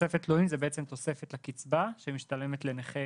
תוספת תלויים זה בעצם תוספת הקצבה שמשתלמת לנכה